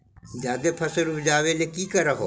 जादे फसल उपजाबे ले की कर हो?